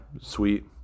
sweet